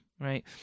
right